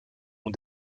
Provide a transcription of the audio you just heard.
ont